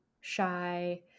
shy